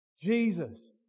Jesus